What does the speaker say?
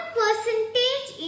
percentage